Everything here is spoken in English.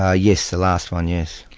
ah yes, the last one, yes.